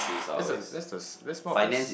that's a that's that's part of the